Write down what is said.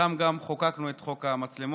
שם גם חוקקנו את חוק המצלמות.